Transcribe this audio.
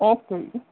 okay ਜੀ